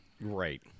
Right